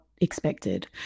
expected